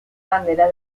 bandera